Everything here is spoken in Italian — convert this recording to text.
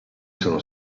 sono